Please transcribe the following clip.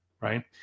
right